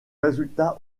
résultats